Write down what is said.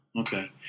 Okay